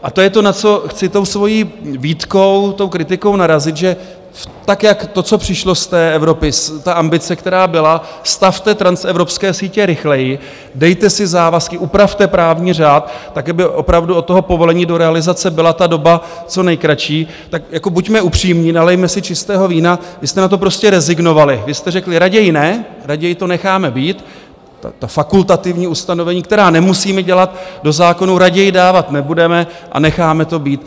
A to je to, na co chci tou svojí výtkou, tou kritikou narazit, že to, co přišlo z Evropy, ambice, která byla: Stavte transevropské sítě rychleji, dejte si závazky, upravte právní řád, aby opravdu od povolení do realizace byla ta doba co nejkratší buďme upřímní, nalijme si čistého vína, vy jste na to prostě rezignovali, vy jste řekli: Raději ne, raději to necháme být, ta fakultativní ustanovení, která nemusíme dělat, do zákonů raději dávat nebudeme a necháme to být.